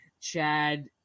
Chad